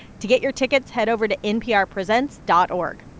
to get your tickets, head over to nprpresents dot org.